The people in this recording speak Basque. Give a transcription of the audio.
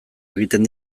egiten